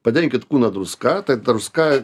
patrinkit kūną druska taip druska